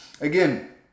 Again